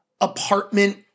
apartment